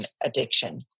addiction